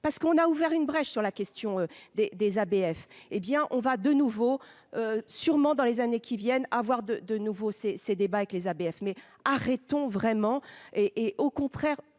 parce qu'on a ouvert une brèche sur la question des des ABF, hé bien on va de nouveau sûrement dans les années qui viennent à avoir de nouveau ces ces débats avec les ABF mais arrêtons vraiment et et au contraire,